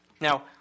Now